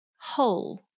whole